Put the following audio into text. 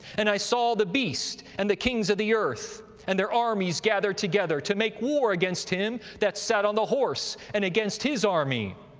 and i saw the beast, and the kings of the earth, and their armies, gathered together to make war against him that sat on the horse, and against his army.